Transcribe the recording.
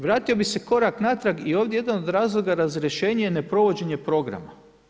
Vratio bih se korak natrag i ovdje jedan od razloga razrješenja je neprovođenje programa.